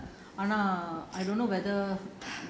in school போறாங்க ஆனா:poraanga aana